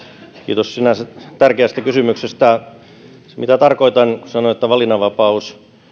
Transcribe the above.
kiitos sinänsä tärkeästä kysymyksestä mitä tarkoitan kun sanon että valinnanvapaus